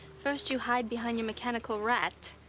first you hide behind your mechanical rat